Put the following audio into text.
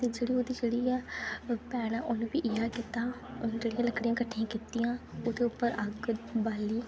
फिर ओह्दी जेह्ड़ी ऐ ओह्दी भैन ऐ उनैं इया गै कीता लकड़ियां ओह्दे उप्पर अग्ग बालियै